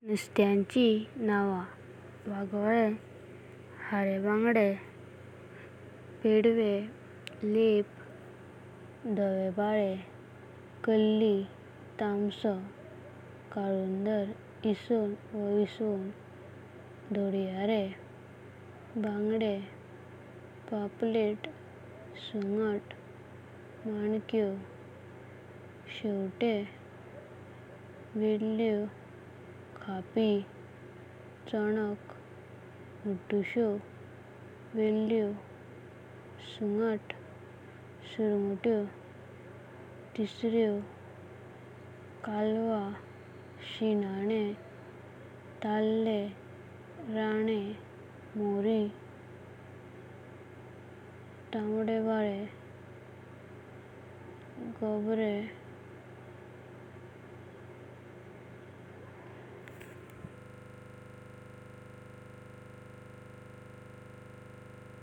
नुसते यांची नाव: वागोळे, हारे बांगडे, पेड्डवे, लेपो, धोवे बाळे। कार्ली, तांसो, कालुंदर, इसावण वा विसावण, धोद्याऱो। बांगडे, पांपलेट, सुंगटा वा सुर्गुटेयो मंकेयो। शेवटे, वेर्लेयो, खापी, चणक, मुधुसेयो। शिणाणेयो, ताळे, राणे, मोरी। तांबडे, बाळे, गोंबरे, तेस्रेयो, कालवा।